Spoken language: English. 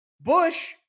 Bush